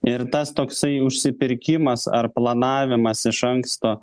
ir tas toksai užsipirkimas ar planavimas iš anksto